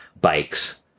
bikes